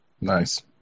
Nice